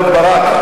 אהוד ברק,